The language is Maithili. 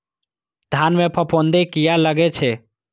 धान में फूफुंदी किया लगे छे?